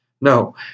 No